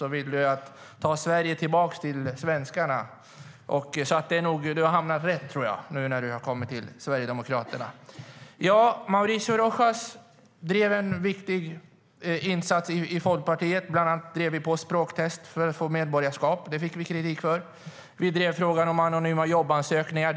Där vill du ta tillbaka Sverige till svenskarna, Sven-Olof Sällström, så du har nog hamnat rätt nu när du har kommit till Sverigedemokraterna.Mauricio Rojas har drivit på viktiga insatser i Folkpartiet, bland annat språktest för att få medborgarskap. Det fick vi kritik för. Vi drev frågan om anonyma jobbansökningar.